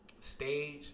Stage